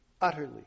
utterly